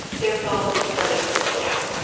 their phones started to slow down.